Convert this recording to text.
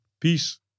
Peace